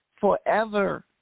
forever